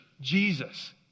Jesus